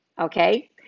Okay